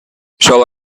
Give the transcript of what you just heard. shall